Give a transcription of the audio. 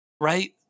right